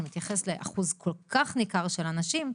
שמתייחס לאחוז כל כך ניכר של נשים,